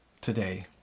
today